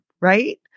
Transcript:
right